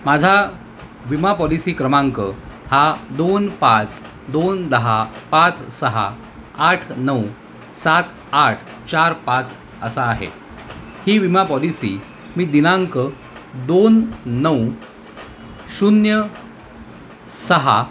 माझा विमा पॉलिसी क्रमांक हा दोन पाच दोन दहा पाच सहा आठ नऊ सात आठ चार पाच असा आहे ही विमा पॉलिसी मी दिनांक दोन नऊ शून्य सहा